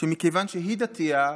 שמכיוון שהיא דתייה,